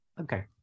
Okay